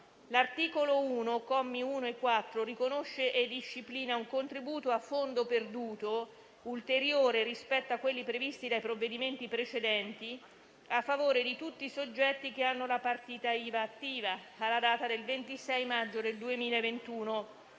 L'articolo 1, commi 1 e 4, riconosce e disciplina un contributo a fondo perduto, "ulteriore" rispetto a quelli previsti dai provvedimenti precedenti, a favore di tutti i soggetti che hanno la partita IVA attiva alla data di entrata